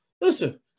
Listen